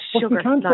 sugar